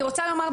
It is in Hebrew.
אני רוצה לומר,